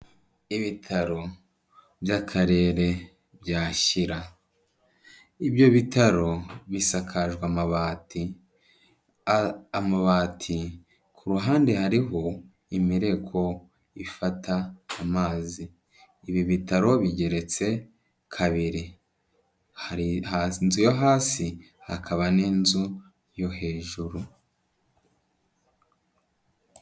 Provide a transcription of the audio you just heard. Ibitaro by'Akarere bya Shyira. Ibyo bitaro bisakajwe amabati. Kubruhande hariho imireko ifata amazi. Ibi bitaro bigeretse kabiri. Hari inzu yo hasi, hakaba n'inzu yo hejuru.